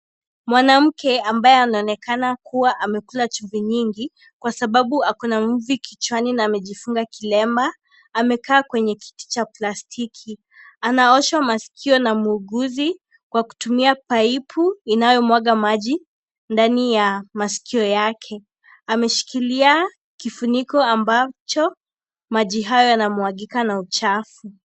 Mwanamke ambaye anaonekana kuwa amekula chumvi nyingi kwa sababu ako na mvi kichwani na amejifunga kilemba, amekaa kwenye kiti cha plastiki. Anaoshwa masikio na muuguzi kwa kutumia paipu inayomwaga maji ndani ya masikio yake. Ameshikilia kifuniko ambacho maji hayo yanamwagika na uchafu.